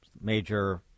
major